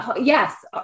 yes